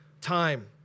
time